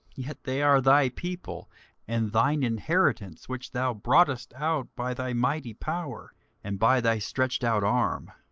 yet they are thy people and thine inheritance, which thou broughtest out by thy mighty power and by thy stretched out arm.